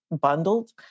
bundled